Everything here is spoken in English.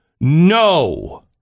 No